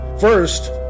first